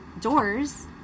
doors